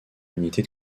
unité